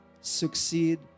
succeed